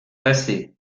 passé